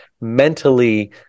mentally